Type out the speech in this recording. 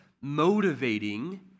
motivating